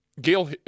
Gail